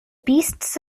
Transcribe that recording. beasts